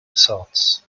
assaults